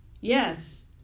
Yes